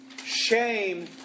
shame